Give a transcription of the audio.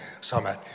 Summit